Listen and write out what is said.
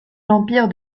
l’empire